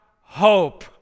hope